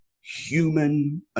human